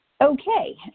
Okay